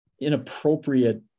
inappropriate